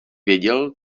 věděl